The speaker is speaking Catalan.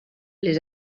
les